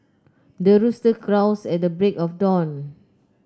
the rooster crows at the break of dawn